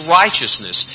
righteousness